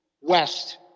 West